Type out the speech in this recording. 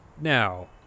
Now